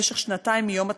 במשך שנתיים מיום התחילה,